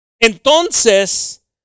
Entonces